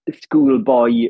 schoolboy